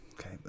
Okay